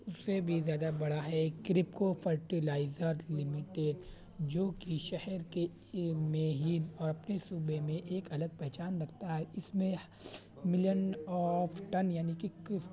اس سے بھی زیادہ بڑا ہے کربھکو فرٹیلائز لمیٹیڈ جو کہ شہر کے میں ہی اور اپنے صوبے میں ایک الگ پہچان رکھتا ہے اس میں ملین آف ٹن یعنی کہ کس